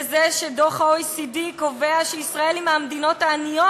בזה שדוח ה-OECD קובע שישראל היא מהמדינות העניות